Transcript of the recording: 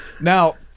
now